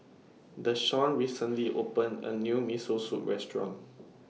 Deshawn recently opened A New Miso Soup Restaurant